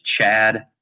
Chad